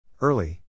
Early